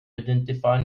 identify